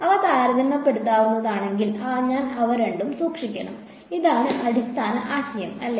അവ താരതമ്യപ്പെടുത്താവുന്നതാണെങ്കിൽ ഞാൻ അവ രണ്ടും സൂക്ഷിക്കണം ഇതാണ് അടിസ്ഥാന ആശയം ശെരിയല്ലേ